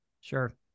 Sure